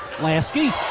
Lasky